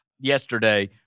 yesterday